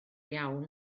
iawn